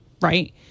right